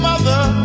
mother